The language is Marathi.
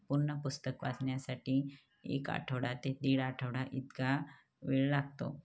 पूर्ण पुस्तक वाचण्यासाठी एक आठवडा ते दीड आठवडा इतका वेळ लागतो